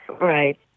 Right